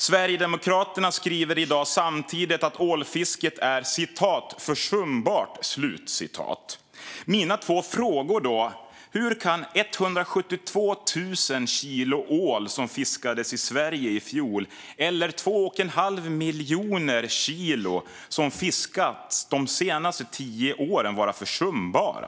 Samtidigt skriver Sverigedemokraterna i dag att ålfisket är försumbart. Hur kan 172 000 kilo ål som fiskades i Sverige i fjol eller 2 1⁄2 miljon kilo som fiskats de senaste tio åren vara försumbara?